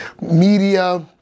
media